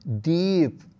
deep